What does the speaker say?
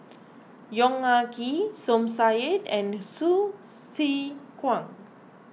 Yong Ah Kee Som Said and Hsu Tse Kwang